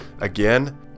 again